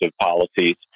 policies